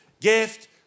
gift